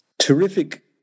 terrific